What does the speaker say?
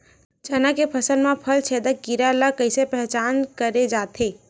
चना के फसल म फल छेदक कीरा ल कइसे पहचान करे जाथे?